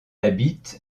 habite